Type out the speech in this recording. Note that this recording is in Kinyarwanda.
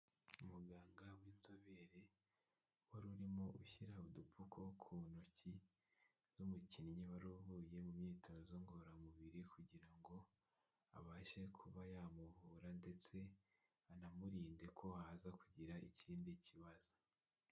Umuganga w'inzobere wari urimo ushyira udupfuko ku ntoki z'umukinnyi wari uvuye mu myitozo ngororamubiri kugira ngo abashe kuba yamuvura ndetse anamurinde ko aza kugira ikindi kibazo.